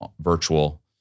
virtual